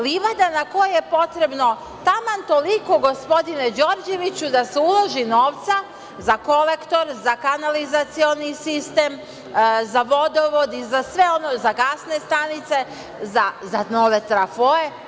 Livada na kojoj je potrebno taman toliko, gospodine Đorđeviću da se uloži novca za kolektor, za kanalizacioni sistem, za vodovod i za se ono, i za gasne stanice, za nove trafoe.